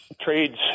trades